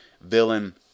villain